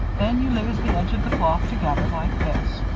then you lays the edges of the cloth together, like this,